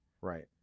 Right